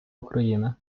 україни